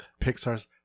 Pixar's